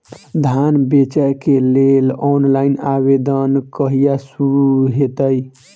धान बेचै केँ लेल ऑनलाइन आवेदन कहिया शुरू हेतइ?